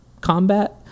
combat